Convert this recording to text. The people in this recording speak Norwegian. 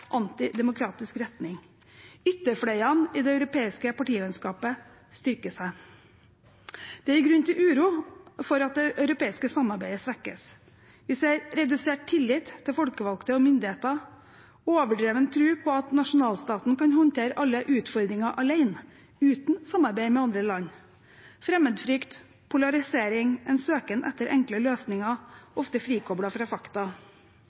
antidemokratisk retning. Ytterfløyene i det europeiske partilandskapet styrker seg. Det gir grunn til uro for at det europeiske samarbeidet svekkes. Vi ser redusert tillit til folkevalgte og myndigheter og overdreven tro på at nasjonalstaten kan håndtere alle utfordringer alene, uten samarbeid med andre land. Vi ser fremmedfrykt, polarisering, en søken etter enkle løsninger, ofte frikoblet fra fakta.